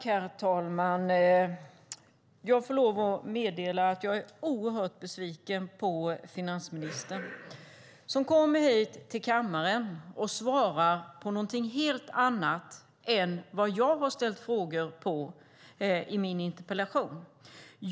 Herr talman! Jag får lov och meddela att jag är oerhört besviken på finansministern, som kommer hit till kammaren och svarar på något helt annat än vad jag har frågat om i min interpellation.